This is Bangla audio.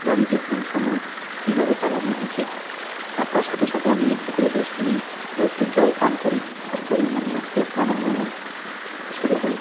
জানি যে কোন সময়ে কীভাবে চালানো উচিত আর তার সাথে সাথে আমি একটু করে রেস্ট নিই বা একটু জল পান করি তারপরেই আমি আস্তে আস্তে আমার ভ্রমণ শুরু করি